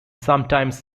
sometimes